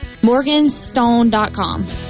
morganstone.com